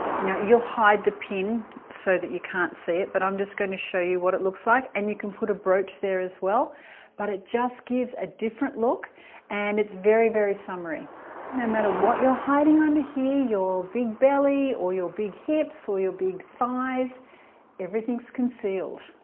now you'll hide the pin so that you can't see it but i'm just going to show you what it looks like and you can put a brooch there as well but it just gives a different look and it's very very summery no matter what you're hiding under here your big belly or your big hips or your big thighs everything's concealed